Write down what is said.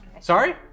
Sorry